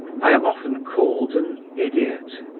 i am often called an idiot,